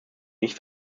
nicht